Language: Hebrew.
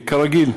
כרגיל,